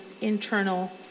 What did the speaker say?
internal